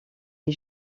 est